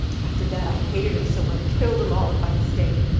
after that, i hated em so i'd killed em all if i'd stayed.